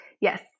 yes